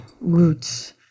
roots